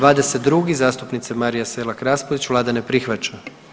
22. zastupnica Marija Selak Raspudić, Vlada ne prihvaća.